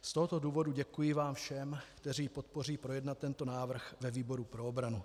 Z tohoto důvodu děkuji vám všem, kteří podpoří projednat tento návrh ve výboru pro obranu.